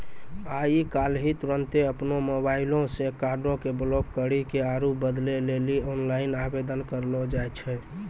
आइ काल्हि तुरन्ते अपनो मोबाइलो से कार्डो के ब्लाक करि के आरु बदलै लेली आनलाइन आवेदन करलो जाय छै